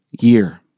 year